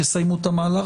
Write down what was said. תסיימו את המהלך,